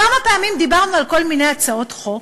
כמה פעמים דיברנו על כל מיני הצעות חוק,